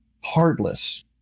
heartless